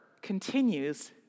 continues